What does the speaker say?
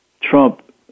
trump